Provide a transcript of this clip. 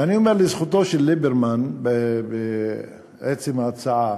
ואני אומר לזכותו של ליברמן בעצם ההצעה,